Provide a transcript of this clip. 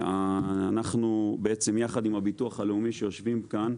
אנחנו בעצם יחד עם הביטוח הלאומי שיושבים כאן,